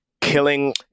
killing